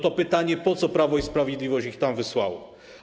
To pytanie: Po co Prawo i Sprawiedliwość ich tam wysłało?